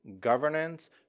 governance